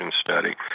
study